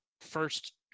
first